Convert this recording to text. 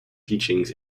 teachings